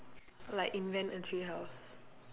like invent a tree house